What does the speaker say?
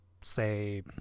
say